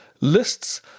lists